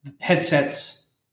headsets